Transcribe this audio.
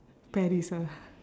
paris ah